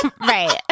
right